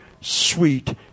sweet